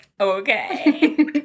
Okay